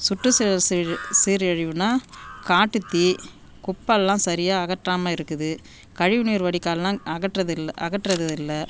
சுற்றுச்சூழல் சீர் சீரழிவுன்னா காட்டுத்தீ குப்பெல்லாம் சரியாக அகற்றாமல் இருக்குது கழிவு நீர் வடிகால்லாம் அகற்றதில்லை அகற்றது இல்லை